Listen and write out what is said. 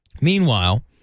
Meanwhile